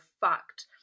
fact